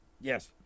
Yes